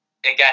again